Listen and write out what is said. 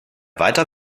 weiter